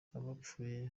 abapfuye